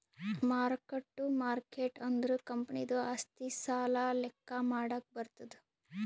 mark ಟ್ಟು market ಅಂದುರ್ ಕಂಪನಿದು ಆಸ್ತಿ, ಸಾಲ ಲೆಕ್ಕಾ ಮಾಡಾಗ್ ಬರ್ತುದ್